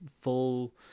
full